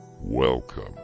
Welcome